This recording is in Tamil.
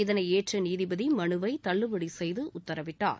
இதனைஏற்றநீதிபதிமனுவைதள்ளுபடிசெய்துஉத்தரவிட்டார்